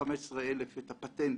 את הפטנט,